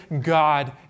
God